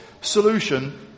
solution